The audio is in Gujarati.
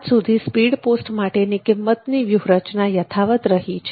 આજ સુધી સ્પીડ પોસ્ટ માટેની કિંમતની વ્યુરચના યથાવત રહી છે